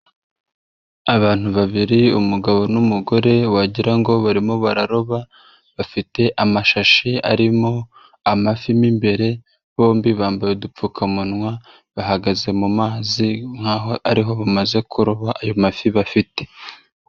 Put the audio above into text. Abantu babiri umugabo n'umugore wagira ngo barimo bararoba bafite amashashi arimo amafi mo imbere bombi bambaye udupfukamunwa bahagaze mu mazi nk'aho aribo bamaze kuroba ayo mafi bafite.